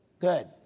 Good